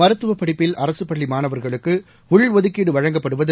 மருத்துவப் படிப்பில் அரசுப் பள்ளி மாணவர்களுக்கு உள்ஒதுக்கீடு வழங்கப்படுவது